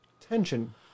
tension